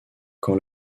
quand